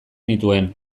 nituen